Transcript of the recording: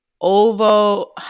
ovo